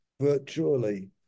virtually